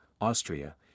Austria